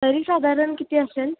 तरी साधारण किती असेल